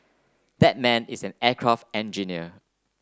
that man is an aircraft engineer